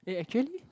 eh actually